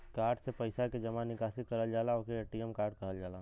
card से पइसा के जमा निकासी करल जाला ओके ए.टी.एम कार्ड कहल जाला